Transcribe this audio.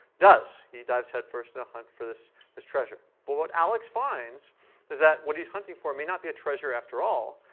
does. he dives head first time in a hunt for this this treasure. but what alex finds is that what he's hunting for may not be a treasure after all,